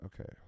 Okay